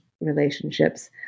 relationships